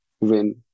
win